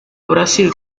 brasil